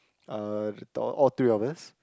uh all three of us